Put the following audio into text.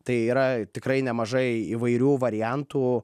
tai yra tikrai nemažai įvairių variantų